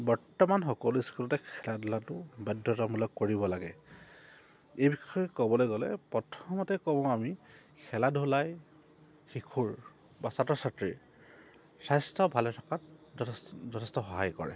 বৰ্তমান সকলো স্কুলতে খেলা ধূলাটো বাধ্যতামূলক কৰিব লাগে এই বিষয়ে ক'বলৈ গ'লে প্ৰথমতে কওঁ আমি খেলা ধূলাই শিশুৰ বা ছাত্ৰ ছাত্ৰীৰ স্বাস্থ্য ভালে থকাত যথে যথেষ্ট সহায় কৰে